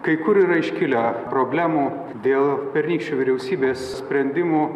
kai kur yra iškilę problemų dėl pernykščių vyriausybės sprendimų